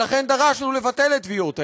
ולכן דרשנו לבטל את טביעות האצבע.